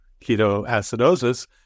ketoacidosis